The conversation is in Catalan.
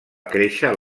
créixer